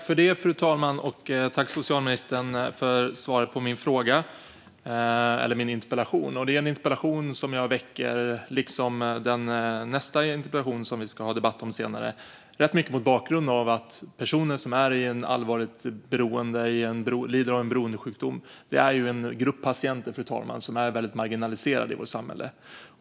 Fru talman! Tack, socialministern, för svaret på min interpellation! Det är en interpellation som jag ställer, liksom nästa interpellation som vi ska debattera senare, rätt mycket mot bakgrund av att personer som är i ett allvarligt beroende och lider av en beroendesjukdom är en grupp patienter som är väldigt marginaliserad i vårt samhälle.